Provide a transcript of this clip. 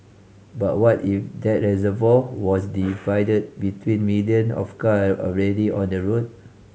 but what if that reservoir was divided between million of car already on the road